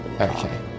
Okay